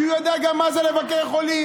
כי הוא ידע גם מה זה לבקר חולים,